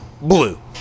blue